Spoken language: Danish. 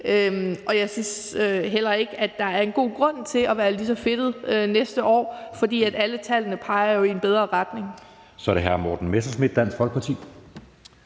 og jeg synes heller ikke, at der er en god grund til at være lige så fedtet næste år. For alle tallene peger jo i en bedre retning. Kl. 10:45 Anden næstformand (Jeppe